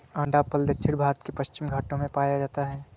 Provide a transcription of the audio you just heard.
अंडाफल दक्षिण भारत के पश्चिमी घाटों में पाया जाता है